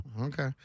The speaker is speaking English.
Okay